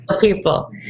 people